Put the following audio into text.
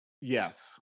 yes